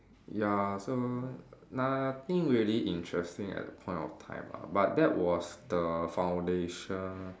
ya so nothing really interesting at that point of time lah but that was the foundation